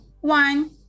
one